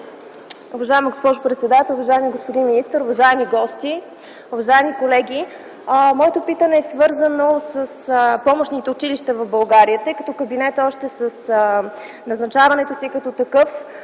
уважаеми господин министър, уважаеми гости! Уважаеми колеги, моето питане е свързано с помощните училища в България. Кабинетът още с назначаването си като такъв